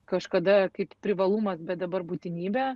kažkada kaip privalumas bet dabar būtinybė